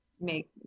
make